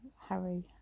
Harry